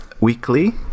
weekly